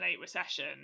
recession